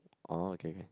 oh okay can